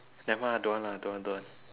nevermind lah don't want lah don't want don't want